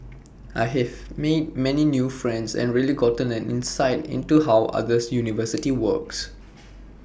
I've made many new friends and really gotten an insight into how another university works